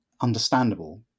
understandable